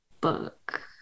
book